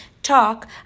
talk